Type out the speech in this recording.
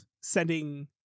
sending